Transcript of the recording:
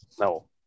no